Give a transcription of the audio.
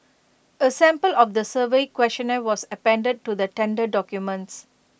A sample of the survey questionnaire was appended to the tender documents